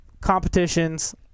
competitions